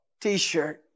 t-shirt